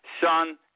son